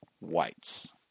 whites